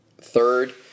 Third